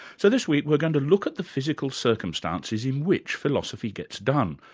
so this week we're going to look at the physical circumstances in which philosophy gets done,